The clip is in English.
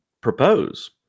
propose